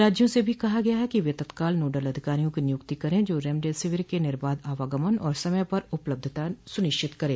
राज्यों से भी कहा गया है कि वे तत्काल नोडल अधिकारियों की नियुक्ति करें जो रेमडेसिविर के निर्बाध आवागमन और समय पर उपलब्धता सुनिश्चित करें